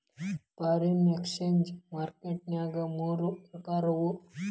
foreign exchange market ನ್ಯಾಗ ಮೂರ್ ಪ್ರಕಾರವ